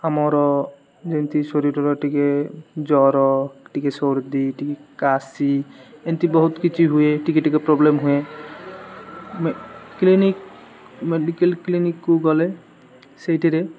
ଆମର ଯେମିତି ଶରୀରର ଟିକେ ଜ୍ଵର ଟିକେ ସର୍ଦ୍ଧି ଟିକେ କାଶି ଏମତି ବହୁତ କିଛି ହୁଏ ଟିକେ ଟିକେ ପ୍ରୋବ୍ଲେମ୍ ହୁଏ କ୍ଲିନିକ୍ ମେଡ଼ିକାଲ୍ କ୍ଲିନିକ୍କୁ ଗଲେ ସେଇଥିରେ